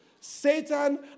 Satan